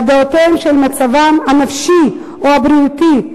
בדעות על מצבם הנפשי או הבריאותי,